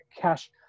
cash